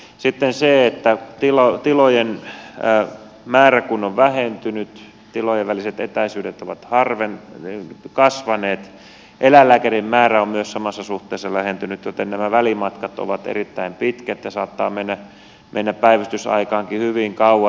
sitten on se että kun tilojen määrä on vähentynyt tilojen väliset etäisyydet ovat kasvaneet ja myös eläinlääkärien määrä on samassa suhteessa vähentynyt niin nämä välimatkat ovat erittäin pitkät ja saattaa mennä päivystysaikaankin hyvin kauan